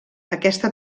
aquesta